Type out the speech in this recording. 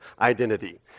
identity